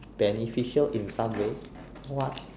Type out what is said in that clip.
beneficial in some way what